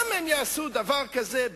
למה שהם יעשו דבר כזה,